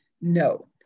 No